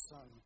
Son